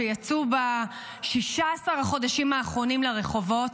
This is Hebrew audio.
שיצאו ב-16 החודשים האחרונים לרחובות: